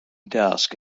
desk